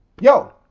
Yo